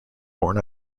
born